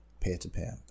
peer-to-peer